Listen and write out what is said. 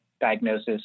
diagnosis